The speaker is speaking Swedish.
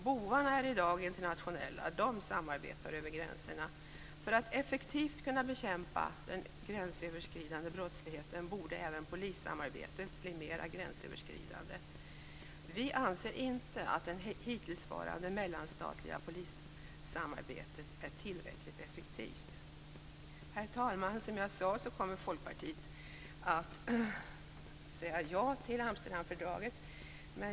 Bovarna är i dag internationella, och de samarbetar över gränserna. För att effektivt kunna bekämpa den gränsöverskridande brottsligheten borde även polissamarbetet bli mera gränsöverskridande. Vi anser inte att det hittillsvarande mellanstatliga polissamarbetet är tillräckligt effektivt. Herr talman! Som jag sade kommer Folkpartiet att säga ja till Amsterdamfördraget.